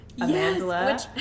Amanda